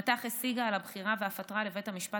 מט"ח השיגה על הבחירה ואף עתרה לבית המשפט